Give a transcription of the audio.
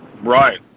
Right